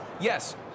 yes